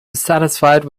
dissatisfied